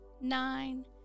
nine